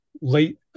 Late